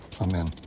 Amen